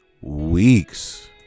weeks